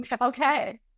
okay